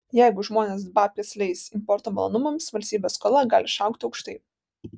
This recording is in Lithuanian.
jeigu žmonės babkes leis importo malonumams valstybės skola gali išaugti aukštai